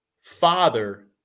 father